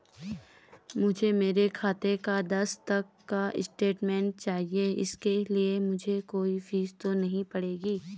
मुझे मेरे खाते का दस तक का स्टेटमेंट चाहिए इसके लिए मुझे कोई फीस तो नहीं पड़ेगी?